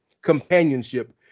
companionship